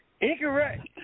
Incorrect